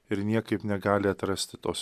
ir niekaip negali atrasti tos